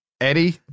Eddie